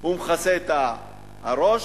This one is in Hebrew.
הוא מכסה את הראש,